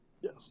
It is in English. Yes